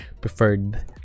preferred